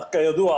כידוע,